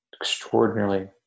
extraordinarily